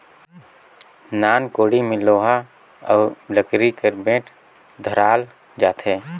नान कोड़ी मे लोहा अउ लकरी कर बेठ धराल जाथे